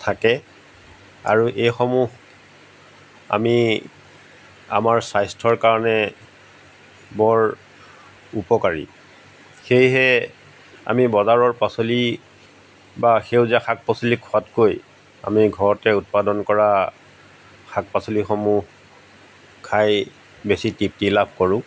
থাকে আৰু এইসমূহ আমি আমাৰ স্বাস্থ্যৰ কাৰণে বৰ উপকাৰী সেয়েহে আমি বজাৰৰ পাচলি বা সেউজীয়া শাক পাচলি খোৱাতকৈ আমি ঘৰতে উৎপাদন কৰা শাক পাচলিসমূহ খাই বেছি তৃপ্তি লাভ কৰোঁ